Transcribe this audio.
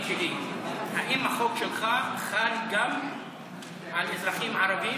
שאלה אחת: האם החוק שלך חל גם על אזרחים ערבים?